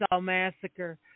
Massacre